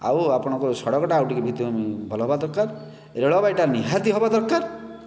ଆଉ ଆପଣଙ୍କର ସଡ଼କଟା ଆଉ ଟିକେ ଭଲ ହେବା ଦରକାର ରେଳବାଇଟା ନିହାତି ହେବା ଦରକାର